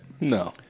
no